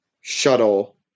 shuttle